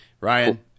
Ryan